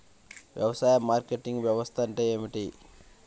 వ్యవసాయ మార్కెటింగ్ వ్యవస్థ అంటే ఏమిటి?